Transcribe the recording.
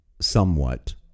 somewhat